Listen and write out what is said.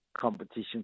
competition